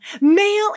male